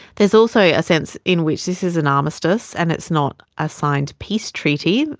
there is also a sense in which this is an armistice and it's not a signed peace treaty,